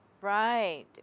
right